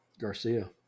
garcia